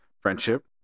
friendship